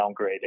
downgraded